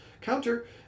counter